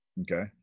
Okay